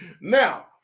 Now